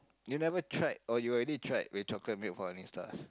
you never tried or you already tried with chocolate milk for honey stars